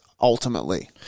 ultimately